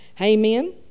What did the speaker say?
Amen